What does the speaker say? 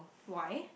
why